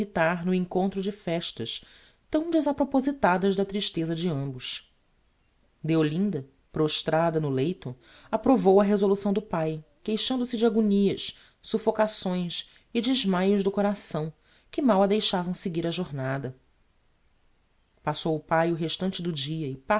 evitar no encontro de festas tão desapropositadas da tristeza de ambos deolinda prostrada no leito approvou a resolução do pai queixando-se de agonias suffocações e desmaios do coração que mal a deixavam seguir a jornada passou o pai o restante do dia